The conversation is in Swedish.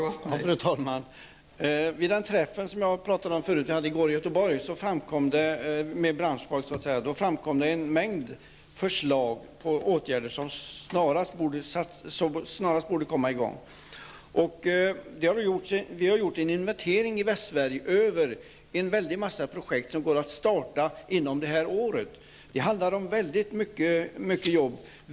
Fru talman! Vid den träff med branschfolk som jag talade om att jag hade i Göteborg, framkom en mängd förslag på åtgärder som snarast borde komma i gång. Vi har gjort en inventering i Västsverige över en stor mängd projekt som går att starta inom detta år. Det handlar om mycket jobb.